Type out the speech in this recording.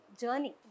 journey